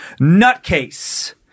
nutcase